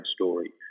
story